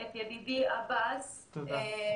נכון.